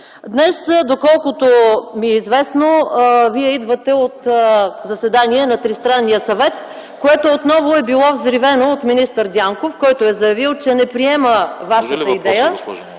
Днес, доколкото ми е известно, Вие идвате от заседание на Тристранния съвет, което отново е било взривено от министър Дянков, който е заявил, че не приема Вашата идея